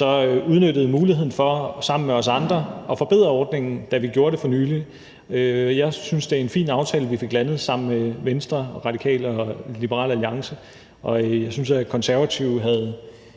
havde udnyttet muligheden for sammen med os andre at forbedre ordningen, da vi gjorde det for nylig. Jeg synes, det er en fin aftale, vi fik landet sammen med Venstre, Radikale og Liberal Alliance. Jeg synes, at Konservative med